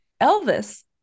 Elvis